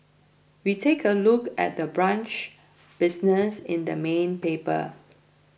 we take a look at the brunch business in the main paper